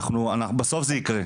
בסוף זה יקרה.